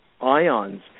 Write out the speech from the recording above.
IONS